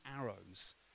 arrows